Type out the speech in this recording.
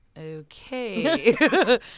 Okay